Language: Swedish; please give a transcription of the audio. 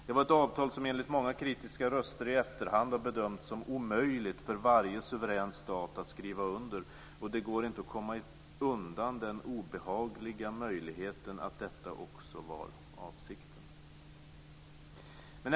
Det var ett avtal som enligt många kritiska röster i efterhand har bedömts som omöjligt för varje suverän stat att skriva under. Det går inte att komma undan den obehagliga möjligheten att detta också var avsikten.